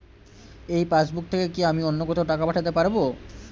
এই পাসবুক থেকে কি আমি অন্য কোথাও টাকা পাঠাতে পারব?